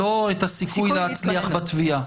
לא את הסיכוי להצליח בתביעה.